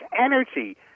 energy